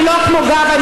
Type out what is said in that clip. אני לא כמו גבאי,